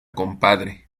compadre